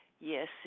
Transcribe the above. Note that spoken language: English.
Yes